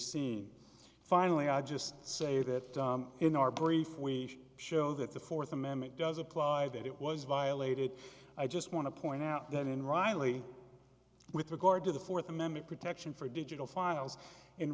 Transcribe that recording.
seen finally i just say that in our brief we show that the fourth amendment does apply that it was violated i just want to point out that in riley with regard to the fourth amendment protection for digital files